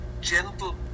gentle